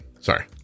Sorry